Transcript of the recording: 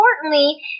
importantly